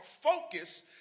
focus